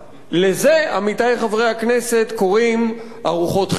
לזה, עמיתי חברי הכנסת, קוראים ארוחות חינם.